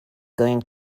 going